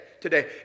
today